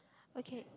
okay